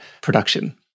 production